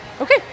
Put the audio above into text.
okay